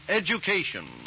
education